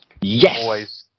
Yes